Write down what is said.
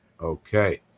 Okay